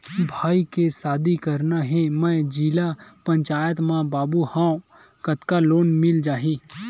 भाई के शादी करना हे मैं जिला पंचायत मा बाबू हाव कतका लोन मिल जाही?